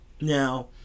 Now